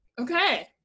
Okay